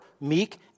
meek